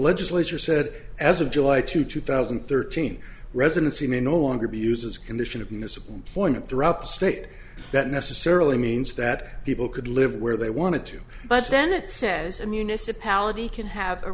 legislature said as of july to two thousand and thirteen residency may no longer be used as a condition of municipal employment throughout the state that necessarily means that people could live where they wanted to but then it says a municipality can have a